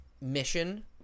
mission